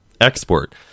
export